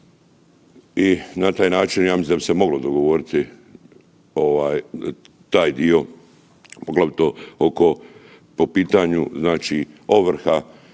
i na taj način ja mislim da bi se moglo dogovoriti ovaj taj dio poglavito oko po pitanju znači